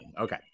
Okay